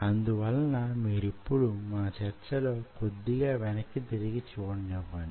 అందువలన మీరిప్పుడు నన్ను మన చర్చలో కొద్దిగా వెనక్కి తిరిగి చూడనివ్వండి